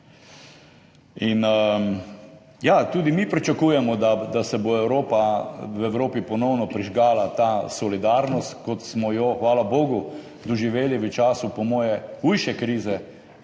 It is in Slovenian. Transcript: Ja, tudi mi pričakujemo, da se bo v Evropi ponovno prižgala ta solidarnost, kot smo jo, hvala bogu, doživeli v času, po moje, hujše krize,